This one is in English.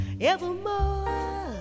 Evermore